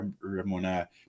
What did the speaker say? Ramona